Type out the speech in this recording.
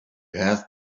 have